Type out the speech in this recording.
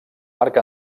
marc